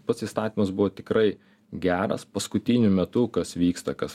pats įstatymas buvo tikrai geras paskutiniu metu kas vyksta kas